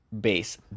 base